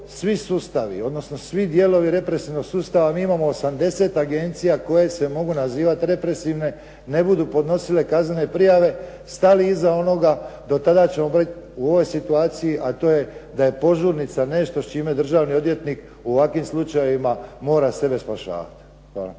svi dijelovi represivnog sustava, mi imamo 80 agencija koje se mogu nazivati represivne, ne budu podnosile kaznene prijave stavi iza onoga, do tada ćemo bit u ovoj situaciji, a to je da je požurnica nešto s čime državni odvjetnik u ovakvim slučajevima mora sebe spašavati.